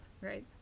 right